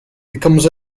becomes